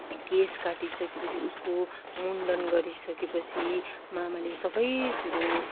case काटिसकेपछि उसको मुण्डन गरिसकेपछि मामाले सबै कुरो